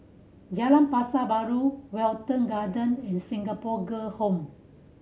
Jalan Pasar Baru Wilton Garden and Singapore Girl Home